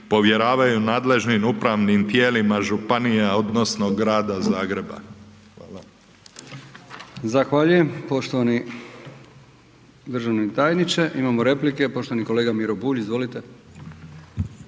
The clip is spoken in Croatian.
povjeravaju nadležnim upravnim tijelima županije odnosno Grada Zagreba. Hvala.